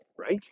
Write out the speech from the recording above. right